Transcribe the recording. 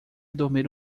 dormir